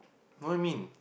what you mean